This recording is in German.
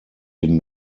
den